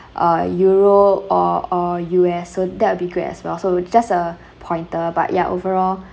uh euro or uh U_S so that will be great as well so just a pointer but ya overall